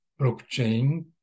blockchain